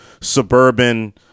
suburban